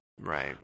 Right